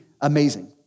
amazing